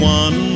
one